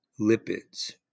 lipids